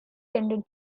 tended